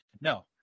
No